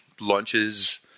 lunches